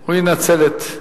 שהוא ינצל את,